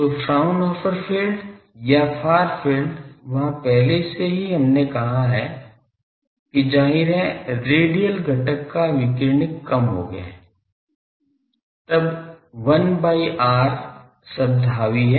तो Fraunhofer field या far field वहां पहले से ही हमने कहा है कि जाहिर है रेडियल घटक का विकिरण कम हो गया है तब 1 by r शब्द हावी है